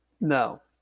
No